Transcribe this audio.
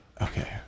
Okay